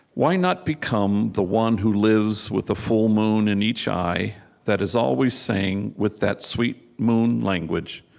why not become the one who lives with a full moon in each eye that is always saying, with that sweet moon language,